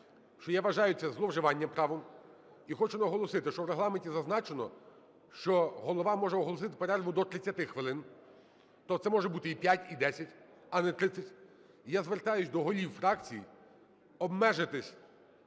я вважаю це зловживанням правом, і хочу наголосити, що в Регламенті зазначено, що голова може оголосити перерву до 30 хвилин, то це може бути і 5, і 10, а не 30. І я звертаюсь до голів фракції обмежитись